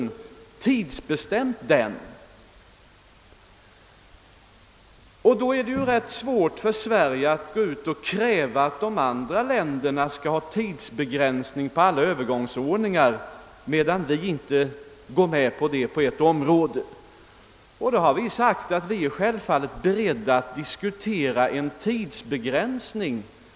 Med hänsyn till att vi således på ett område inte gått med på en tidsbegränsning av en övergångsanordning är det ganska svårt för oss att kräva att de andra länderna skall ha tidsbegränsning på sina övergångsanordningar på andra områden. Vi har emellertid sagt att vi självfallet är beredda att — märk väl — diskutera en tidsbegränsning.